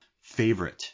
favorite